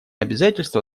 обязательства